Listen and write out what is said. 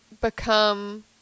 become